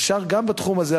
אפשר גם בתחום הזה,